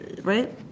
right